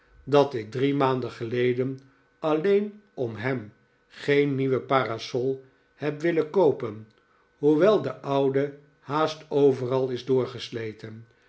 dat ik drie maanden geleden alleen om hem geen nieuwe parasol heb willen koopen hoewel de oude haast overal is doorgesleten